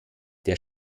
der